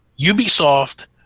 Ubisoft